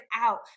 out